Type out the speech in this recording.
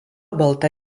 balta